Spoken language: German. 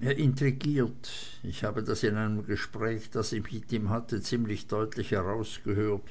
intrigiert ich habe das in einem gespräch das ich mit ihm hatte ziemlich deutlich herausgehört